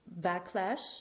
backlash